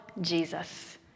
Jesus